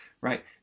right